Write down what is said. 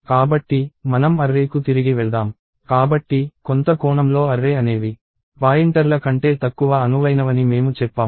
కాబట్టి మనం అర్రే కు తిరిగి వెళ్దాం కాబట్టి కొంత కోణంలో అర్రే అనేవి పాయింటర్ల కంటే తక్కువ అనువైనవని మేము చెప్పాము